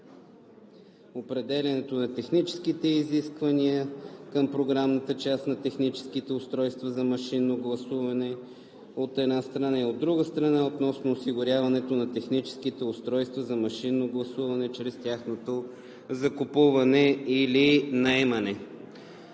определянето на техническите изисквания към програмната част на техническите устройства за машинно гласуване, от една страна, и, от друга страна, относно осигуряването на техническите устройства за машинно гласуване чрез тяхното закупуване или наемане.